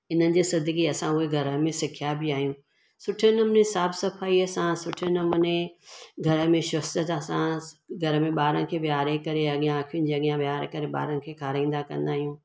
इन जे सदिके असां उहा घर में सिखिया बि आहियूं सुठे नमूने साफ़ सफ़ाई असां सुठे नमूने घर में स्वच्छता सां घर में ॿार खे विहारे करे अॻिया अखियुनि जे अॻियां विहारे करे ॿारनि खे खारींदा कंदा आहियूं